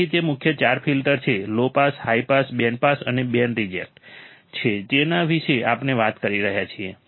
તેથી તે મુખ્ય ચાર ફિલ્ટર્સ છે જે low pass high pass band pass અને બેન્ડ રિજેક્ટ છે જેના વિશે આપણે વાત કરી રહ્યા છીએ